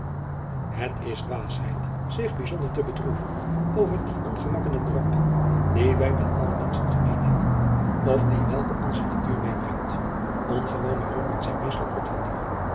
et is dwaasheid zich bijzonder te bedroeven over die ongemakken en rampen die wij met alle menschen gemeen hebben of die welke onze natuur medebrengt ngewone rampen zijn meestal kort van duur